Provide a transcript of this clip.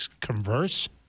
converse